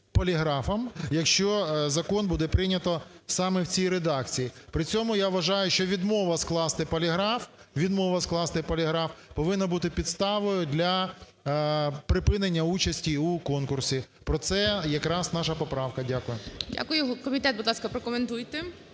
поліграфом, якщо закон буде прийнято самі в цій редакції. При цьому, я вважаю, що відмова скласти поліграф, відмова скласти поліграф повинна бути підставою для припинення участі у конкурсі. Про це якраз наша поправка. Дякую. ГОЛОВУЮЧИЙ. Дякую. Комітет, будь ласка, прокоментуйте.